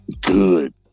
good